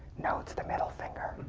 no, it's the middle finger.